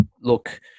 look